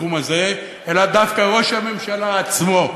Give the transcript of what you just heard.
בתחום הזה, אלא דווקא ראש הממשלה עצמו.